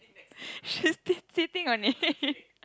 she's ti~ sitting on it